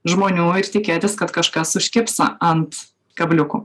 žmonių ir tikėtis kad kažkas užkibs ant kabliukų